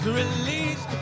release